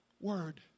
word